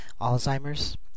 Alzheimer's